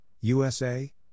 USA